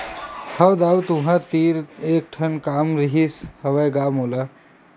हव दाऊ तुँहर तीर एक ठन काम रिहिस हवय गा मोला